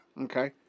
Okay